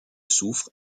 soufre